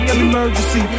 emergency